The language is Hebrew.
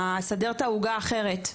לסדר את העוגה אחרת,